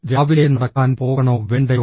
രാവിലെ നടക്കാൻ പോകണോ വേണ്ടയോ